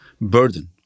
burden